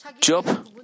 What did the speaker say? Job